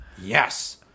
Yes